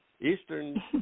Eastern